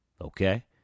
Okay